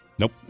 Nope